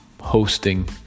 hosting